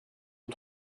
aux